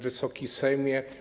Wysoki Sejmie!